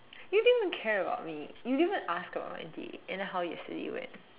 you didn't even care about me you didn't even ask about my day and how yesterday went